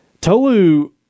Tolu